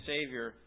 Savior